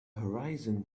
horizon